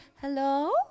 hello